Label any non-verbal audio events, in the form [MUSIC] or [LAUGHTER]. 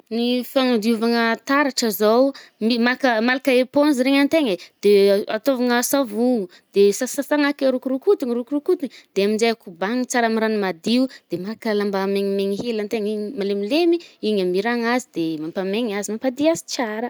Ny fanadiovagna taratra zaho, mi-maka-malaka eponzy regny antegna e, de [HESITATION] atôvigna savogno. De sasi-sasàna ake, rokorokotigna rokorokotigny de aminje kobanigny tsara amy rano madio. De maka lamba megnimegny hely antegna igny malemilemy, igny amirahagna azy de mampamegny azy, mampady azy tsara.